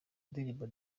ndirimbo